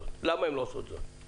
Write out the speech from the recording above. למה הן לא עושות את זה?